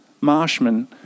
Marshman